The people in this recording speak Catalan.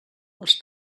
els